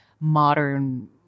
modern